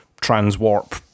trans-warp